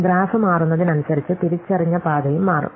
graph മാറുന്നതിനനുസരിച്ച് തിരിച്ചറിഞ്ഞ പാതയും മാറും